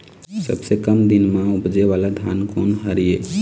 सबसे कम दिन म उपजे वाला धान कोन हर ये?